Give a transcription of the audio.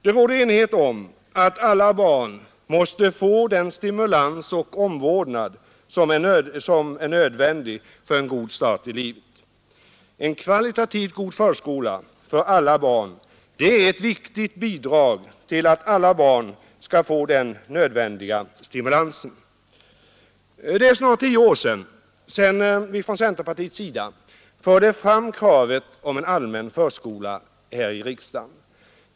Det råder enighet om att alla barn måste få den stimulans och uppmuntran som behövs för en god start i livet. En kvalitativt god förskola för alla barn är ett viktigt bidrag till att alla barn skall få den nödvändiga stimulansen. Det är snart tio år sedan vi från centerpartiets sida i en motion här i riksdagen förde fram kravet på en allmän förskola.